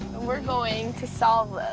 we're going to solve